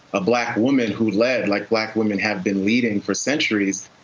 a black woman who led, like black women had been leading for centuries,